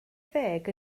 ddeg